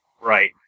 Right